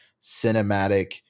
cinematic